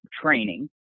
training